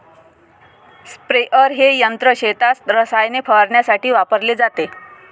sprayer हे यंत्र शेतात रसायने फवारण्यासाठी वापरले जाते